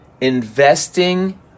investing